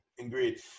Agreed